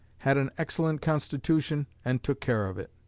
had an excellent constitution and took care of it.